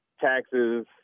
taxes